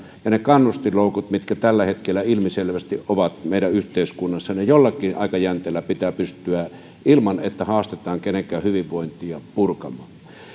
lisättävä ja ne kannustinloukut mitkä tällä hetkellä ilmiselvästi ovat meidän yhteiskunnassa jollakin aikajänteellä pitää pystyä purkamaan ilman että haastetaan kenenkään hyvinvointia